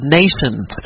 nations